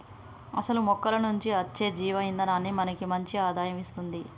అసలు మొక్కల నుంచి అచ్చే జీవ ఇందనాన్ని మనకి మంచి ఆదాయం ఇస్తుంది